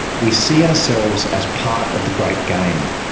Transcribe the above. we see ourselves as part of the great game.